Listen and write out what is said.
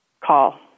call